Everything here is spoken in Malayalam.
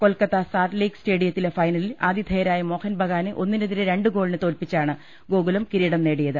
കൊൽക്കത്ത സാൾട്ട്ലേക്ക് സ്റ്റേഡിയ ത്തിലെ ഫൈനലിൽ ആതിഥേയരായ മോഹൻ ബഗാനെ ഒന്നിനെതിരെ രണ്ട് ഗോളിന് തോൽപ്പിച്ചാണ് ഗോകുലം കിരീടം നേടിയത്